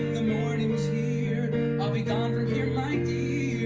the morning is here i'll be gone from here, my